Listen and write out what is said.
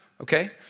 okay